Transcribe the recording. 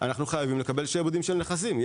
אנחנו חייבים לקבל שעבודים של נכסים.